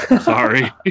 sorry